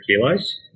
kilos